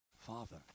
Father